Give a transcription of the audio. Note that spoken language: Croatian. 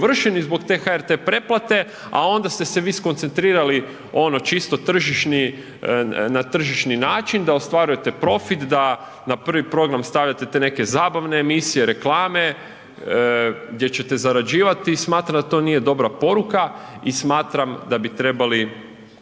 zbog te HRT pretplate, a onda ste se vi skoncentrirali ono čisto tržišni, na tržišni način da ostvarujete profit, da na prvi program stavljate te neke zabavne emisije, reklame gdje ćete zarađivati, i smatram da to nije dobra poruka, i smatram da bi trebali